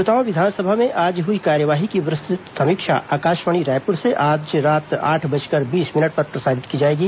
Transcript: श्रोता विधानसभा में आज हुई कार्यवाही की विस्तृत समीक्षा आकाशवाणी रायपूर से आज रात आठ बजकर बीस मिनट पर प्रसारित की जाएगी